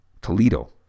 Toledo